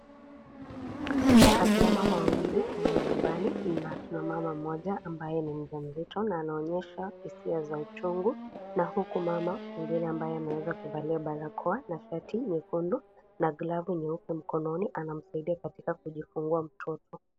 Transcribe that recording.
Akina mama wawili, wamo nyumbani na kuna mama mmoja ambaye ni mjamzito na anaonyesha hisia za uchungu, na huku mama mwingine ambaye ameweza kuvalia bakora na shati nyekundu na glovu nyeupe mkononi anamsaidia katika kujifungua mtoto.